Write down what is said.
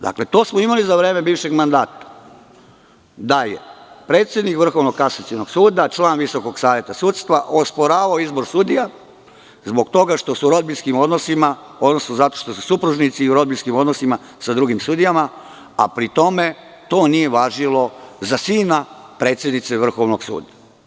Dakle, to smo imali za vreme bivšeg mandata, da je predsednik Vrhovnog kasacionog suda član Visokog saveta sudstva osporavao izbor sudija zbog toga što su u rodbinskim odnosima, odnosno zato što su supružnici i u rodbinskim odnosima sa drugim sudijama, a pri tome to nije važilo za sina predsednice Vrhovnog suda.